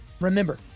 remember